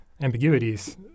ambiguities